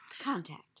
Contact